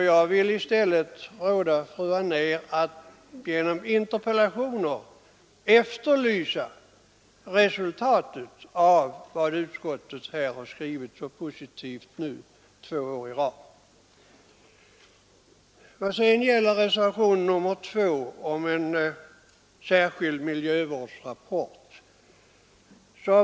Jag vill därför råda fru Anér att genom interpellationer efterlysa resultatet av vad utskottet har skrivit så positivt två år i rad. Förhållandet var detsamma vad gäller reservation 2 om en årlig miljövårdsrapport.